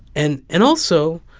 and and also,